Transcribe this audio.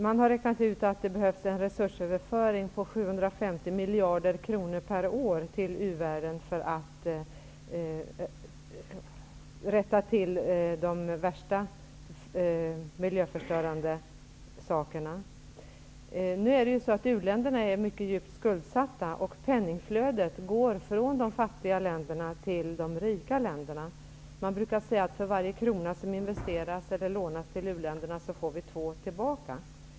Man har räknat ut att det behövs en resursöverföring på 750 miljarder kronor per år till u-världen för att komma til rätta med de värsta miljöförstörande förhållandena. U-länderna är ju mycket djupt skuldsatta, och penningflödet går från de fattiga länderna till de rika. Man brukar säga att för varje krona som investeras eller lånas till u-länderna får vi två tillbaka.